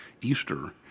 Easter